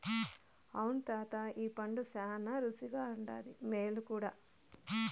అవును తాతా ఈ పండు శానా రుసిగుండాది, మేలు కూడా